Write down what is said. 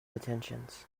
intentions